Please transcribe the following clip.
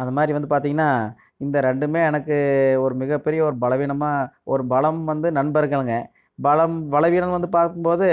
அது மாதிரி வந்து பார்த்திங்கனா இந்த ரெண்டுமே எனக்கு ஒரு மிகப்பெரிய ஒரு பலவீனமாக ஒரு பலம் வந்து நண்பர்களுங்க பலம் பலவீனம் வந்து பார்க்கும்போது